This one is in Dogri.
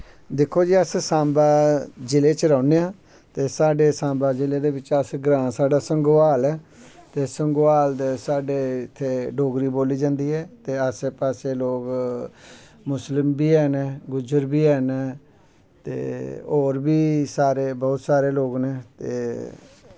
दिक्खो जी अस सांबा जिलें च रौह्ने आं ते साढ़े सांबा जिले दो बिच्च अस ग्रांऽ साढ़ा संगोआल ऐ ते संगोआल दे साढ़े डोगरी बोल्ली जंदी ऐ ते आस्सै पास्सै लोग मुस्लिम बी हैन नै गुज्जर बी हैन नै ते होर बी बहुत सारे लोग न ते